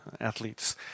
athletes